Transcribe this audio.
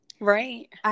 Right